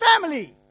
family